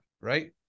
right